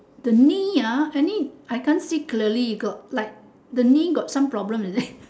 the knee ah any I can't see clearly got like the knee got some problem is it